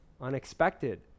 Unexpected